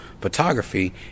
photography